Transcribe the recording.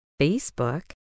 Facebook